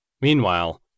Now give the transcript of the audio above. Meanwhile